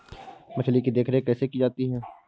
मछली की देखरेख कैसे की जाती है?